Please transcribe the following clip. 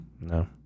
No